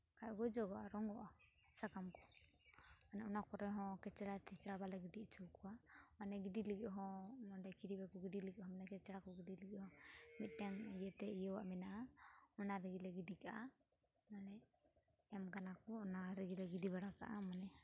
ᱵᱟᱠᱷᱟᱡ ᱜᱩᱡᱩᱜᱚᱜᱼᱟ ᱨᱚᱜᱚᱜᱼᱟ ᱥᱟᱠᱟᱢ ᱠᱚ ᱚᱱᱮ ᱚᱱᱟ ᱠᱚᱨᱮ ᱦᱚᱸ ᱠᱮᱪᱲᱟ ᱴᱮᱪᱲᱟ ᱵᱟᱞᱮ ᱜᱤᱰᱤ ᱚᱪᱚᱣᱟᱠᱚᱣᱟ ᱚᱱᱮ ᱜᱤᱰᱤ ᱞᱟᱹᱜᱤᱫ ᱦᱚᱸ ᱱᱚᱸᱰᱮ ᱠᱮᱨᱤ ᱵᱟᱠᱚ ᱜᱤᱰᱤ ᱞᱟᱹᱜᱫ ᱦᱚᱸ ᱢᱮᱱᱮ ᱠᱮᱪᱲᱟ ᱠᱚ ᱜᱤᱰᱤ ᱞᱟᱹᱜᱤᱫ ᱦᱚᱸ ᱢᱤᱫᱴᱮᱱ ᱤᱭᱟᱹ ᱛᱮ ᱤᱭᱟᱹᱣᱟᱜ ᱢᱮᱱᱟᱜᱼᱟ ᱚᱱᱟ ᱨᱮᱜᱮᱞᱮ ᱜᱤᱰᱤ ᱠᱟᱜᱼᱟ ᱢᱟᱱᱮ ᱮᱢ ᱟᱠᱟᱱᱟ ᱠᱚ ᱚᱱᱟ ᱨᱮᱜᱮ ᱞᱮ ᱜᱤᱰᱤ ᱵᱟᱲᱟ ᱠᱟᱜᱼᱟ ᱢᱟᱱᱮ